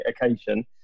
occasion